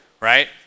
right